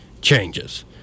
changes